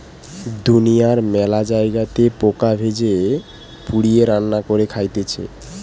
দুনিয়ার মেলা জায়গাতে পোকা ভেজে, পুড়িয়ে, রান্না করে খাইতেছে